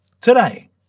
today